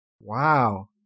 Wow